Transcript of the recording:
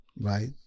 right